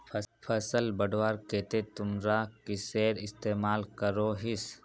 फसल बढ़वार केते तुमरा किसेर इस्तेमाल करोहिस?